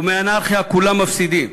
ומאנרכיה כולם מפסידים.